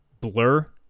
blur